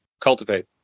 cultivate